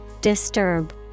Disturb